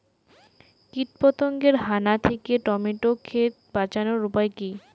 কীটপতঙ্গের হানা থেকে টমেটো ক্ষেত বাঁচানোর উপায় কি?